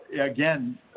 again